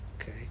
Okay